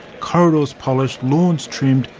corridors polished, lawns trimmed,